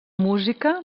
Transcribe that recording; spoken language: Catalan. música